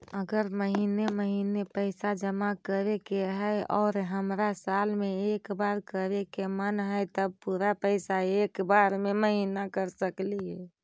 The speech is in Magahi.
अगर महिने महिने पैसा जमा करे के है और हमरा साल में एक बार करे के मन हैं तब पुरा पैसा एक बार में महिना कर सकली हे?